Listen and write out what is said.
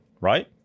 right